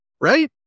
Right